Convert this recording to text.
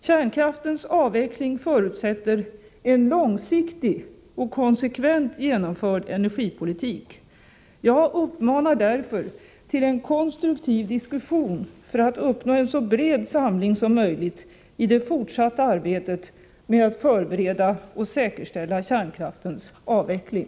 Kärnkraftens avveckling förutsätter en långsiktig och konsekvent genomförd energipolitik. Jag uppmanar därför till en konstruktiv diskussion för att uppnå en så bred samling som möjligt i det fortsatta arbetet med att förbereda och säkerställa kärnkraftens avveckling.